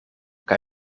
kaj